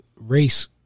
race